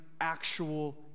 actual